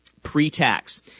Pre-tax